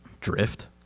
drift